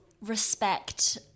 respect